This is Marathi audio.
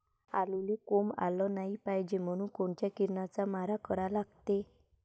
आलूले कोंब आलं नाई पायजे म्हनून कोनच्या किरनाचा मारा करा लागते?